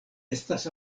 estas